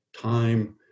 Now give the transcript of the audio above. time